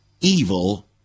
evil